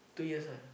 two years ah